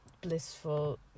blissful